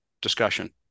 Discussion